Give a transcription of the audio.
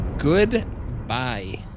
Goodbye